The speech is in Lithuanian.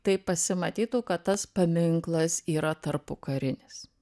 tai pasimatytų kad tas paminklas yra tarpukarinis